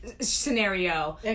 scenario